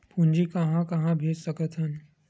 पूंजी कहां कहा भेज सकथन?